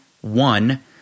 one